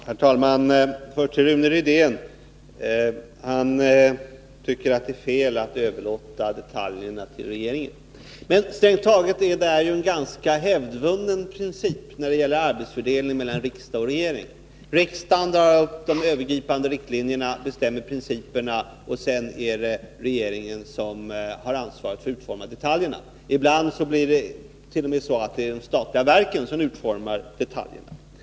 Herr talman! Rune Rydén tycker att det är fel att överlåta detaljerna till regeringen. Men strängt taget är detta en ganska hävdvunnen princip när det gäller arbetsfördelningen mellan riksdag och regering. Riksdagen drar upp de övergripande riktlinjerna och bestämmer principerna. Sedan är det regeringen som har ansvaret för att utforma detaljerna. Ibland är dett.o.m. de statliga verken som utformar detaljerna.